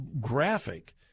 graphic